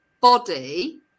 body